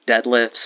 deadlifts